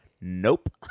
Nope